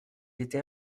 était